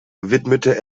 widmete